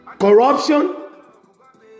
Corruption